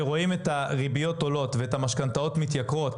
שרואים את הריביות עולות ואת המשכנתאות מתייקרות.